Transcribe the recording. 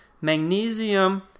magnesium